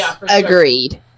Agreed